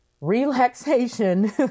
relaxation